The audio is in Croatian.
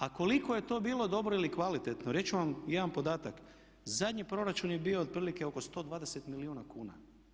A koliko je to bilo dobro ili kvalitetno reći ću vam jedan podatak, zadnji proračun je bio otprilike oko 120 milijuna kuna.